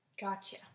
gotcha